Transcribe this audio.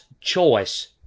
choice